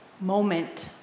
moment